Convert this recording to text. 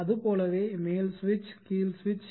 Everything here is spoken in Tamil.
அதுபோலவே மேல் சுவிட்ச் கீழ் சுவிட்ச்